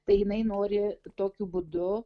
tai jinai nori tokiu būdu